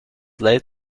late